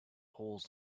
holes